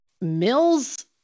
Mills